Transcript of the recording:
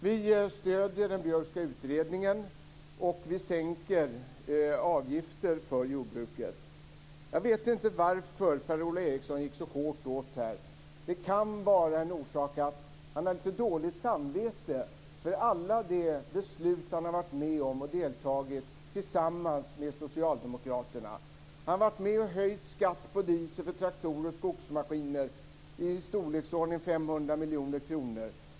Vi stöder den Björkska utredningen, och vi sänker avgifter för jordbruket. Jag vet inte varför Per-Ola Eriksson gick så hårt fram här. En orsak kan vara att han har litet dåligt samvete för alla de beslut som han har deltagit i tillsammans med socialdemokraterna. Han har varit med och höjt skatt på diesel för traktorer och skogsmaskiner med i storleksordningen 500 miljoner kronor.